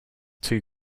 too